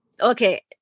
okay